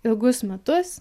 ilgus metus